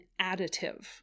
additive